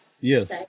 Yes